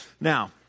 Now